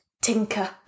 Tinker